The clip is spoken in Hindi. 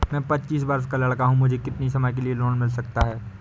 मैं पच्चीस वर्ष का लड़का हूँ मुझे कितनी समय के लिए लोन मिल सकता है?